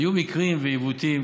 היו מקרים ועיוותים.